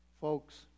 Folks